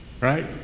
Right